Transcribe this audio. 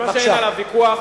מה שאין עליו ויכוח,